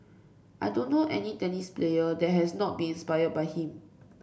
I don't know any tennis player that has not been inspire by him